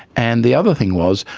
and the other thing was,